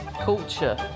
culture